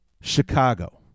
Chicago